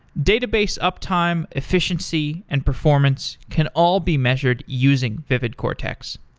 database uptime, efficiency, and performance can all be measured using vividcortex.